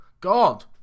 God